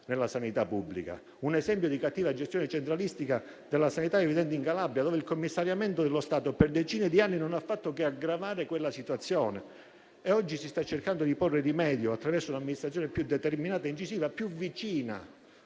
Un esempio di cattiva gestione centralistica della sanità è evidente in Calabria, in cui il commissariamento dello Stato per decine di anni non ha fatto che aggravare la situazione. Oggi si sta cercando di porvi rimedio, attraverso un'amministrazione più determinata e incisiva, più vicina